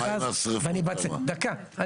יש